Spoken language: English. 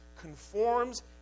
conforms